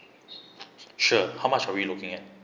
sure how much are we looking at